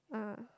ah